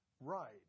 right